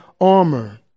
armor